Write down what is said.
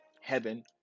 heaven